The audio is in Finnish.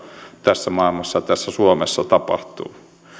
tässä maailmassa tässä suomessa tapahtuu